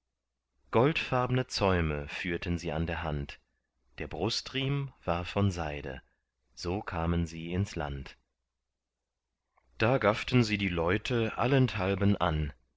goldfarbne zäume führten sie an der hand der brustriem war von seide so kamen sie ins land da gafften sie die leute allenthalben an